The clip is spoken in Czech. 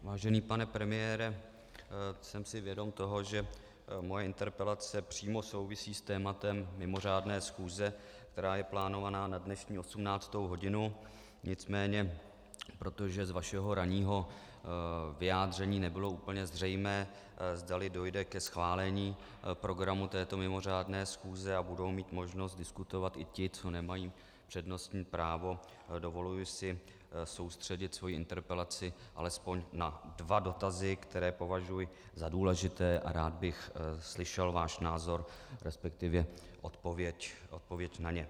Vážený pane premiére, jsem si vědom toho, že moje interpelace přímo souvisí s tématem mimořádné schůze, která je plánována na dnešní 18. hodinu, nicméně protože z vašeho ranního vyjádření nebylo úplně zřejmé, zdali dojde ke schválení programu této mimořádné schůze a budou mít možnost diskutovat i ti, co nemají přednostní právo, dovoluji si soustředit svoji interpelaci alespoň na dva dotazy, které považuji za důležité, a rád bych slyšel váš názor, resp. odpověď na ně.